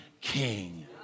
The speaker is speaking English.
king